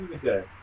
good